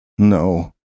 No